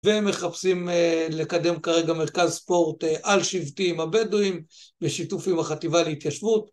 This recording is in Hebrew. ומחפשים לקדם כרגע מרכז ספורט על שבטי עם הבדואים בשיתוף עם החטיבה להתיישבות.